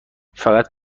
فقط